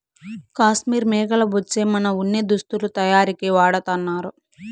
కాశ్మీర్ మేకల బొచ్చే వున ఉన్ని దుస్తులు తయారీకి వాడతన్నారు